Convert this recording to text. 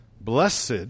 Blessed